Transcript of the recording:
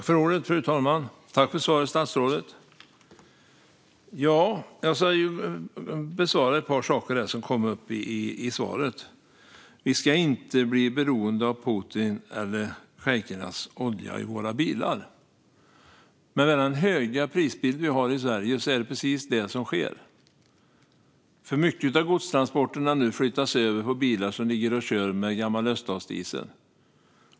Fru talman! Tack för svaret, statsrådet! Jag ska besvara ett par saker som kom upp i svaret. Vi ska inte bli beroende av Putins eller shejkernas olja i våra bilar, sägs det. Men med den höga prisbild vi har i Sverige är det precis det som sker. Mycket av godstransporterna flyttas nu över på bilar som ligger och kör med gammal öststatsdiesel.